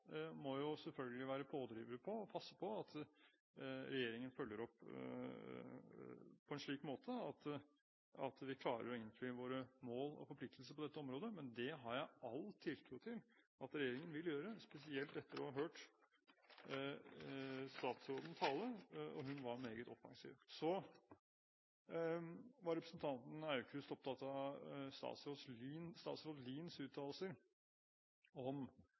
må selvfølgelig være pådrivere for og passe på at regjeringen følger opp på en slik måte at vi klarer å innfri våre mål og forpliktelser på dette området. Det har jeg tiltro til at regjeringen vil gjøre, spesielt etter å ha hørt statsråden tale. Hun var meget offensiv. Så var representanten Aukrust opptatt av statsråd Liens uttalelser om